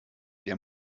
der